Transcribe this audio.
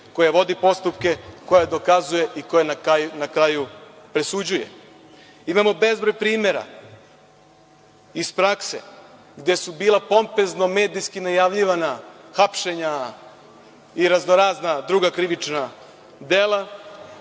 koja vodi postupke, koja dokazuje i koja na kraju presuđuje? Imamo bezbroj primera iz prakse gde su bila pompezno medijski najavljivana hapšenja i razno razna druga krivična dela